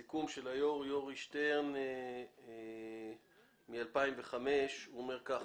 מ-6 בדצמבר 2005. בסיכום של היושב-ראש יורי שטרן הוא אומר כדלקמן: